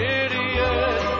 idiot